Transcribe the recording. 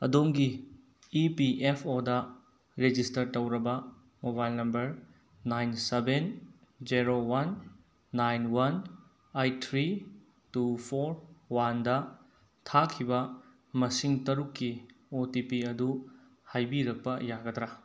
ꯑꯗꯣꯝꯒꯤ E P F ꯑꯣꯗ register ꯇꯧꯔꯕ mobile number nine seven zero one nine one eight three two four ꯋꯥꯟꯗ ꯊꯥꯈꯤꯕ ꯃꯁꯤꯡ ꯇꯔꯨꯛꯀꯤ ꯑꯣ ꯇꯤ ꯄꯤ ꯑꯗꯨ ꯍꯥꯏꯕꯤꯔꯛꯄ ꯌꯥꯒꯗ꯭ꯔ